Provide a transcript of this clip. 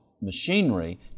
machinery